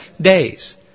days